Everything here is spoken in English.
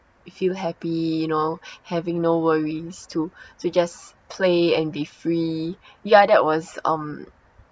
feel happy you know having no worries to to just play and be free ya that was um